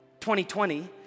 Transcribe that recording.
2020